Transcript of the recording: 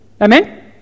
Amen